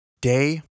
Day